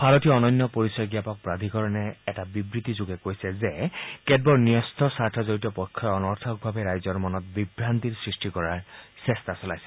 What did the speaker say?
ভাৰতীয় অনন্য পৰিচয় জ্ঞাপক প্ৰাধিকৰণে এটা বিবৃতিযোগে কৈছে যে কেতবোৰ ন্যস্ত স্বাৰ্থজডিত পক্ষই অনৰ্থকভাৱে ৰাইজৰ মনত আধাৰক লৈ বিভান্তিৰ সৃষ্টি কৰাৰ চেষ্টা চলাইছে